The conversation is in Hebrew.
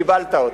קיבלת אותה,